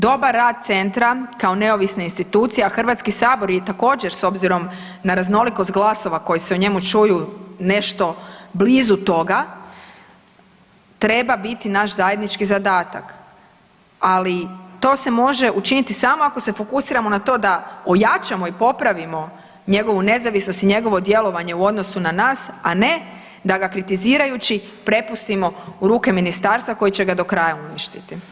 Dobar rad centra kao neovisne institucije a Hrvatski sabor je također s obzirom na raznolikost glasova koji se o njemu čuju, nešto blizu toga, treba biti naš zajednički zadatak ali to se može učiniti samo ako se fokusiramo na to da ojačamo i popravimo njegovu nezavisnost i njegovo djelovanje u odnosu na nas a ne da ga kritizirajući prepustimo u ruke ministarstva koje će ga do kraja uništiti.